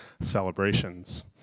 celebrations